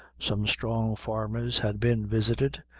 some strong farmers had been visited,